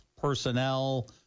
personnel